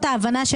המדינה,